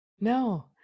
no